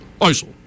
ISIL